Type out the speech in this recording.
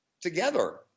together